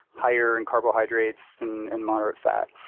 higher in carbohydrates and and moderate fat.